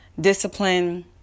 discipline